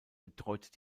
betreut